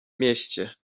mieście